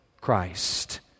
Christ